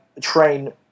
train